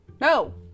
No